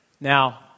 Now